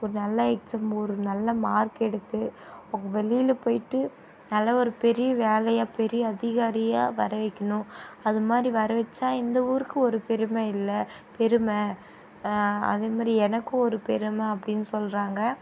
ஒரு நல்ல எக்ஸாம் ஒரு நல்ல மார்க் எடுத்து அவங்க வெளியில போய்ட்டு நல்ல ஒரு பெரிய வேலையாக பெரிய அதிகாரியாக வர வைக்கணும் அதுமாதிரி வர வச்சால் இந்த ஊருக்கு ஒரு பெருமை இல்லை பெருமை அதேமாதிரி எனக்கும் ஒரு பெருமை அப்படின்னு சொல்கிறாங்க